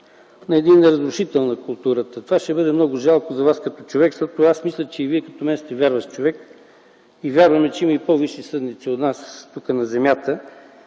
на разрушител на културата. Това ще бъде много жалко за Вас като човек. Мисля, че и Вие като мен сте вярващ човек и вярваме, че има и по-висши съдници от нас тук, на земята.